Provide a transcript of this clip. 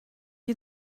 you